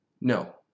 No